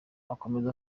akomeza